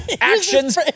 actions